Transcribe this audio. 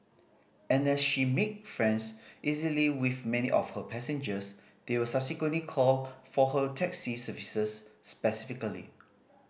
and as she make friends easily with many of her passengers they will subsequently call for her taxi services specifically